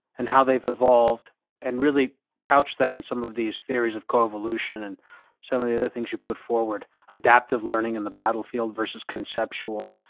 and how they've evolved and really couch that in some of these theories of co-evolution and some of the other things you put forward, adaptive learning in the battlefield versus conceptual.